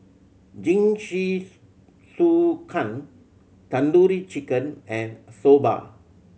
Jingisukan Tandoori Chicken and Soba